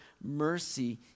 mercy